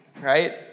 right